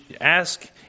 ask